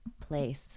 place